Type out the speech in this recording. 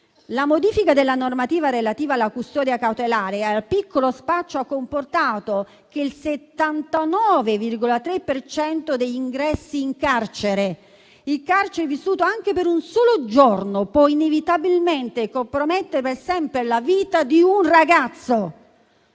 La modifica della normativa relativa alla custodia cautelare e al piccolo spaccio ha comportato il 79,3 per cento degli ingressi in carcere. Il carcere, vissuto anche per un solo giorno, può inevitabilmente compromettere per sempre la vita di un ragazzo.